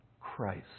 Christ